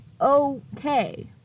okay